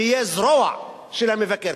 תהיה זרוע של המבקר.